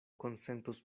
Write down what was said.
konsentos